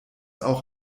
auch